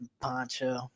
poncho